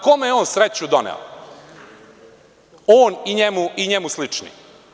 Kome je on sreću doneo, on i njemu slični?